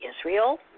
Israel